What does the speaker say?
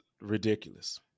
ridiculous